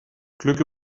glück